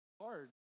Hard